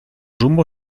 rumbo